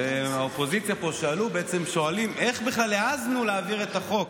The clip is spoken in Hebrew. האופוזיציה פה שאלו: איך בכלל העזנו להעביר את החוק?